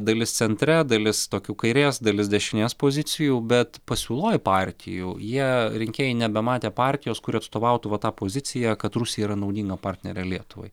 dalis centre dalis tokių kairės dalis dešinės pozicijų bet pasiūloj partijų jie rinkėjai nebematė partijos kuri atstovautų va tą poziciją kad rusija yra naudinga partnerė lietuvai